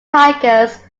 tigers